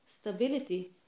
stability